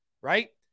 right